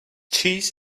cheese